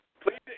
Please